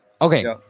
Okay